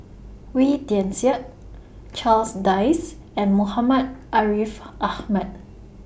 Wee Tian Siak Charles Dyce and Muhammad Ariff Ahmad